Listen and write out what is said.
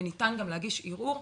וניתן גם להגיש ערעור.